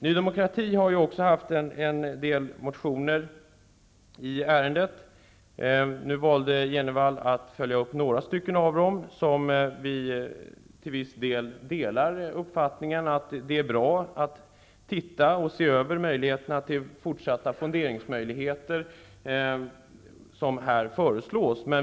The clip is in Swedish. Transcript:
Ny demokrati har också väckt en del motioner i ärendet. Bo G. Jenevall valde att följa upp några av dem. Vi instämmer till viss del i att det är bra att se över möjligheterna till fortsatta fonderingar.